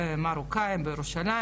מקורב לרב יצחק יוסף,